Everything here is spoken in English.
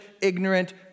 ignorant